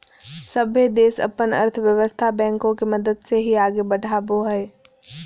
सभे देश अपन अर्थव्यवस्था बैंको के मदद से ही आगे बढ़ावो हय